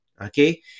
okay